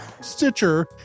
Stitcher